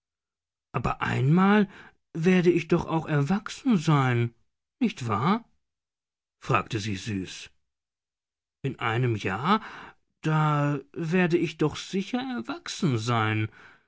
aber einmal werde ich doch auch erwachsen sein nicht wahr fragte sie süß in einem jahr da werde ich doch sicher erwachsen sein